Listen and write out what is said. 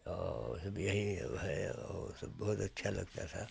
और सब यही है वो सब बहुत अच्छा लगता था